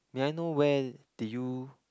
may I know where did you